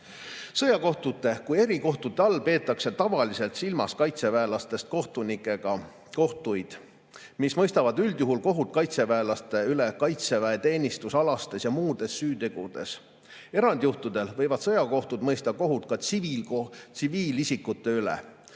täna? Sõjakohtute kui erikohtute all peetakse tavaliselt silmas kaitseväelastest kohtunikega kohtuid, mis üldjuhul mõistavad kohut kaitseväelaste üle kaitseväeteenistusalastes ja muudes süütegudes. Erandjuhtudel võivad sõjakohtud mõista kohut ka tsiviilisikute üle.